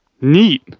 Neat